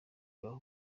ibahe